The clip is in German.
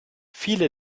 viele